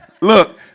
Look